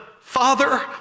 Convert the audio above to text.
father